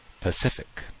Pacific